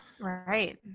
right